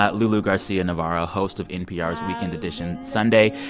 ah lulu garcia-navarro, host of npr's weekend edition sunday,